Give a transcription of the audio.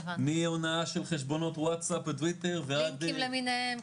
מהונאה של חשבונות ווטסאפ וטוויטר ועד -- לינקים למיניהם,